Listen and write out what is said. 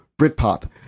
Britpop